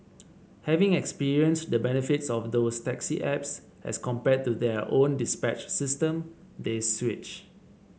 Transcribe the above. having experienced the benefits of those taxi apps as compared to their own dispatch system they switch